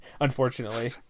unfortunately